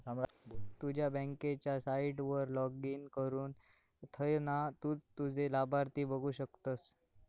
तुझ्या बँकेच्या साईटवर लाॅगिन करुन थयना तु तुझे लाभार्थी बघु शकतस